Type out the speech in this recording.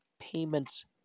payments